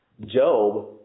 Job